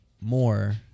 more